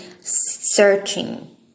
searching